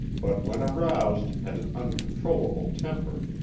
but when aroused had an uncontrollable temper.